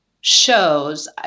shows